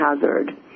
hazard